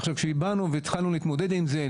עכשיו כאשר באנו והתחלנו להתמודד עם זה,